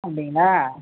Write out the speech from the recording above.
அப்படிங்களா